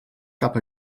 cap